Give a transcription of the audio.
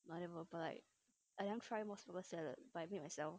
I never but like I never try mos burger salad but I made myself